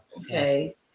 Okay